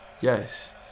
Yes